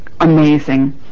amazing